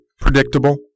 predictable